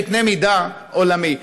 בקנה מידה עולמי.